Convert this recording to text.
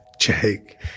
Jake